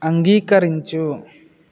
అంగీకరించు